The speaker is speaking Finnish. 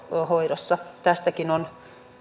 hoidossa tästäkin on